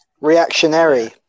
reactionary